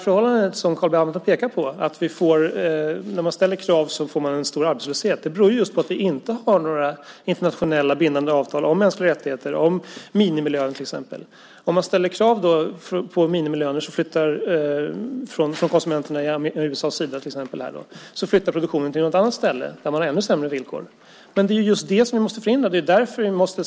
Förhållandet som Carl B Hamilton pekar på, att ställda krav leder till arbetslöshet, beror på att vi inte har några internationella bindande avtal om mänskliga rättigheter eller minimilöner. Om konsumenter i USA ställer krav på minimilöner flyttar produktionen till något annat ställe med ännu sämre villkor. Det är det vi måste förhindra.